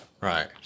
right